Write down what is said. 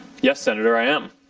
yes, senator, i am.